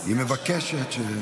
היא מבקשת.